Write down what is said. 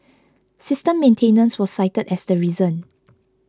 system maintenance was cited as the reason